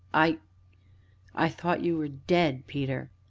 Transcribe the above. i i thought you were dead, peter.